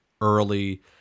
early